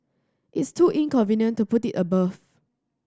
it's too inconvenient to put it above